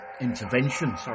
intervention